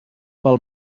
pel